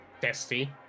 testy